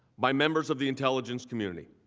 by members of the intelligence community.